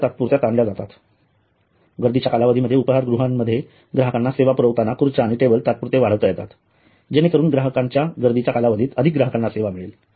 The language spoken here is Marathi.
सुविधा तात्पुरत्या ताणल्या जातात गर्दीच्या कालावधीमध्ये उपहार गृहामध्ये ग्राहकांना सेवा पुरविताना खुर्च्या आणि टेबल तात्पुरते वाढवता येतात जेणेकरून गर्दीच्या कालावधीत अधिक ग्राहकांना सेवा मिळेल